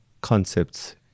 concepts